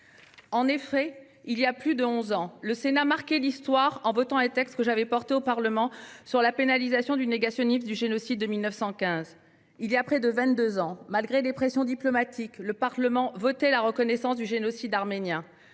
génocide. Il y a plus de onze ans, le Sénat marquait l'histoire en votant le texte que j'avais présenté au Parlement sur la pénalisation du négationnisme du génocide de 1915. Il y a près de vingt-deux ans, malgré les pressions diplomatiques, le Parlement votait la reconnaissance du génocide arménien.